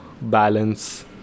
balance